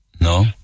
No